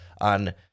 on